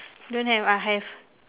don't have ah have